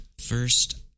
First